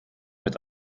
mit